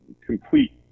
complete